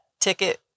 ticket